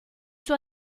suo